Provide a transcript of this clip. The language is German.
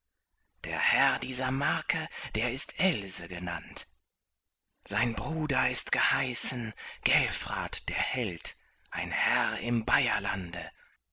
der herr dieser marke der ist else genannt sein bruder ist geheißen gelfrat der held ein herr im